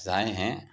اجزائیں ہیں